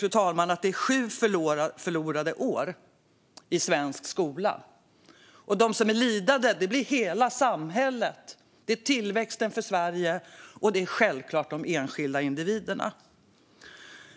Jag tycker att det är sju förlorade år i svensk skola. De som blir lidande är hela samhället, tillväxten i Sverige och självklart de enskilda individerna.